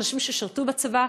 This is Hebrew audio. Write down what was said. אנשים ששירתו בצבא,